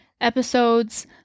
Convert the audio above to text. episodes